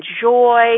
joy